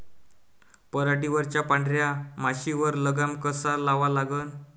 पराटीवरच्या पांढऱ्या माशीवर लगाम कसा लावा लागन?